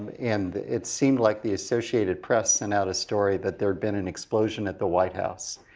and it seemed like the associated press sent out a story that there had been an explosion at the white house.